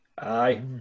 Aye